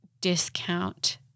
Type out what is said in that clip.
discount